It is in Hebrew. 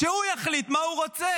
שהוא יחליט מה הוא רוצה?